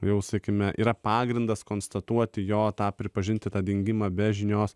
jau sakykime yra pagrindas konstatuoti jo tą pripažinti tą dingimą be žinios